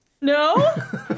No